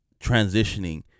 transitioning